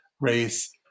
Race